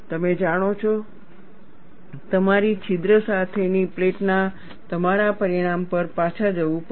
તમે જાણો છો તમારે છિદ્ર સાથેની પ્લેટના તમારા પરિણામ પર પાછા જવું પડશે